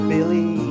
Billy